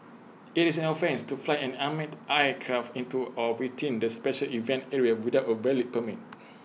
IT is an offence to fly an unmanned aircraft into or within the special event area without A valid permit